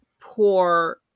poor